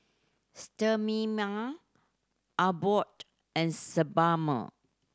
Abbott and Sebamed